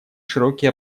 широкие